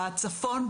בצפון,